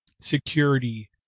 security